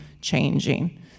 changing